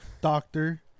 doctor